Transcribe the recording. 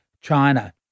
China